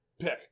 pick